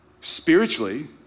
Spiritually